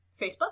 Facebook